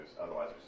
Otherwise